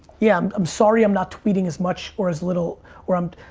yeah, i'm sorry i'm not tweeting as much or as little or i'm,